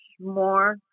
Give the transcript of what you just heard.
more